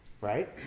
right